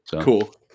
cool